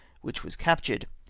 which was captured.